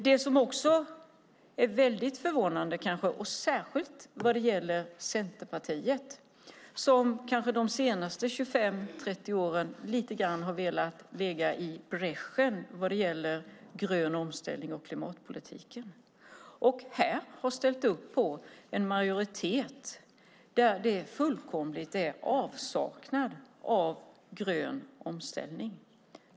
Det som är förvånande, särskilt vad gäller Centerpartiet, som de senaste 25-30 åren har velat ligga i bräschen vad gäller grön omställning och klimatpolitiken, är att partiet här har ställt upp på en majoritet där det råder fullkomlig avsaknad av grön omställning.